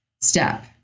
step